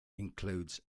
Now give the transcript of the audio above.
includes